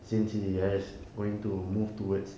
since he has going to move towards